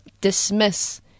dismiss